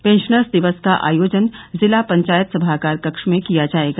pensioners दिवस का आयोजन जिला पंचायत सभागार कक्ष में किया जायेगा